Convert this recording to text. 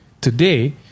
today